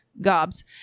gobs